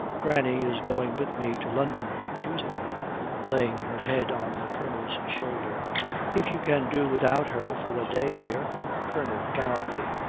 granny is going with me to london, to choose it' laying her head on the colonel's shoulder if you can do without her for a day, dear colonel, gallantly,